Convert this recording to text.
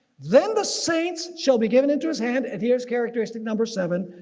then the saints shall be given into his hand. and here's characteristic number seven.